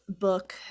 book